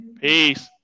Peace